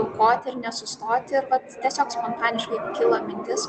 aukoti ir nesustoti ir vat tiesiog spontaniškai kilo mintis